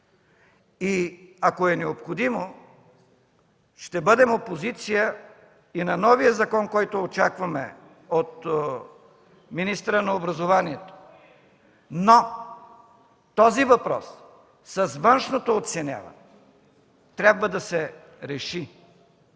И ако е необходимо ще бъдем опозиция и на новия закон, който очакваме от министъра на образованието, но този въпрос – с външното оценяване, трябва да се реши,